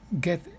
get